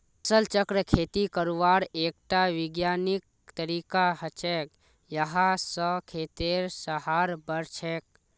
फसल चक्र खेती करवार एकटा विज्ञानिक तरीका हछेक यहा स खेतेर सहार बढ़छेक